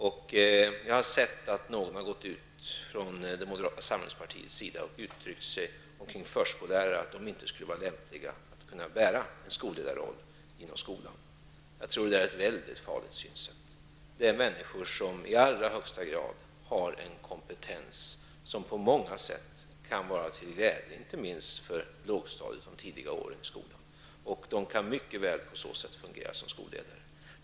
Jag har uppmärksammat att någon från moderata samlingspartiet har uttryckt att förskollärare inte skulle vara lämpliga för att bära en skolledarroll inom skolan. Jag tror att det är ett mycket farligt synsätt. Det är fråga om människor som i allra högsta grad har en kompetens som på många sätt kan vara till glädje, inte minst för lågstadiet och de tidiga åren i skolan. Dessa personer kan på så sätt mycket väl fungera som skolledare.